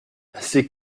c’est